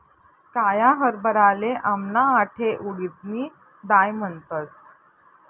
काया हरभराले आमना आठे उडीदनी दाय म्हणतस